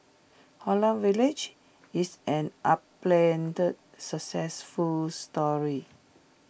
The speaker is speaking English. Holland village is an unplanned successful story